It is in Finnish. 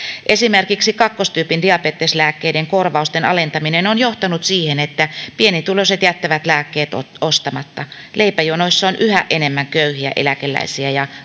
esimerkiksi kakkostyypin diabetes lääkkeiden korvausten alentaminen on johtanut siihen että pienituloiset jättävät lääkkeet ostamatta leipäjonoissa on yhä enemmän köyhiä eläkeläisiä ja